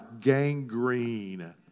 gangrene